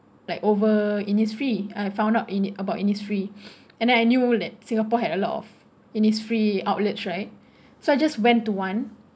like over Innisfree I found out in about Innisfree and I knew that singapore had a lot of Innisfree outlet right so I just went to one